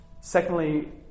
Secondly